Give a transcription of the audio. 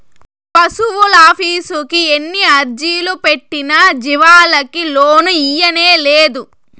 పశువులాఫీసుకి ఎన్ని అర్జీలు పెట్టినా జీవాలకి లోను ఇయ్యనేలేదు